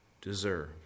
deserve